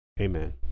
Amen